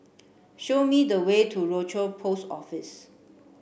show me the way to Rochor Post Office